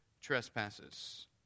trespasses